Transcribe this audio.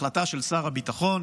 החלטה של שר הביטחון,